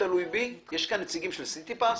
יש כאן נציגים של סיטיפס?